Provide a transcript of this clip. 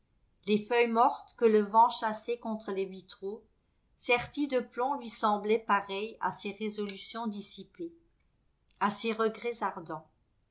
les feuilles mortes que le vent chassait contre les vitraux sertis de plomb lui semblaient pareilles à ses résolutions dissipées à ses regrets ardents